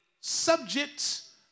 subjects